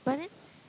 but then